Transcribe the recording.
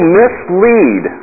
mislead